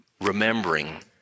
remembering